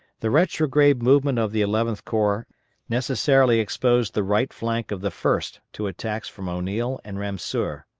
the retrograde movement of the eleventh corps necessarily exposed the right flank of the first to attacks from o'neill and ramseur.